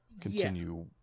continue